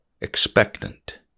expectant